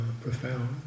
profound